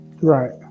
Right